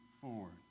forward